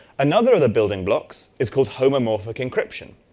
another of the building blocks is called homeomorphic inscription,